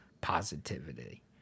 positivity